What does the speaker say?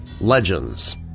legends